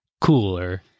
cooler